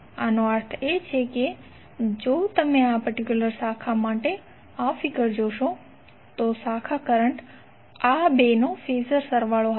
આનો અર્થ એ કે જો તમે આ પર્ટિક્યુલર શાખા માટે આ ફિગર જોશો તો શાખા કરંટ આ બેનો ફેઝર સરવાળો હશે